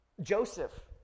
Joseph